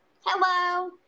Hello